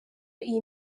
iyi